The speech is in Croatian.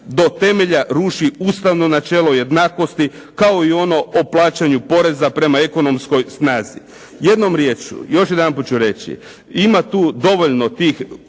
do temelja ruši Ustavno načelo jednakosti kao i ono o plaćanju poreza prema ekonomskoj snazi. Jednom riječju, još jedanput ću reći ima tu, dovoljno tih